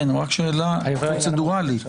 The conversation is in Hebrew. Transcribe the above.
כן, רק שאלה פרוצדורלית.